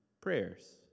prayers